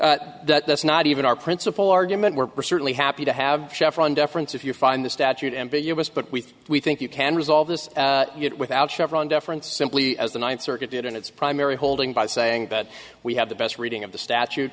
deference that's not even our principal argument we're certainly happy to have chevron deference if you find the statute ambiguous but we we think you can resolve this without chevron deference simply as the ninth circuit did in its primary holding by saying that we have the best reading of the statute